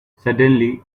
suddenly